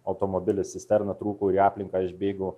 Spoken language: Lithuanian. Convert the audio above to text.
automobilis cisterna trūko ir į aplinką išbėgo